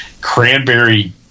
cranberry